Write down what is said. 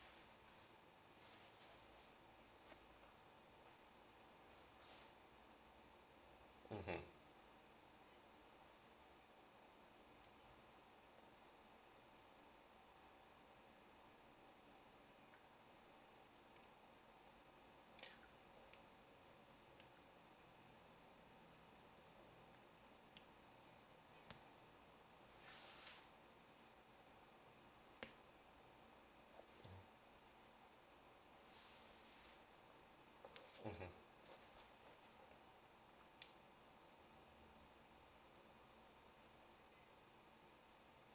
okay